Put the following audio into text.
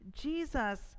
Jesus